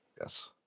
yes